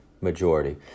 majority